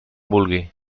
vulgui